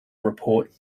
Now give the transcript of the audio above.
report